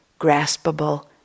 graspable